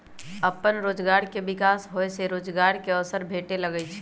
अप्पन रोजगार के विकास होय से रोजगार के अवसर भेटे लगैइ छै